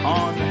on